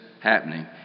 happening